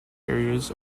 areas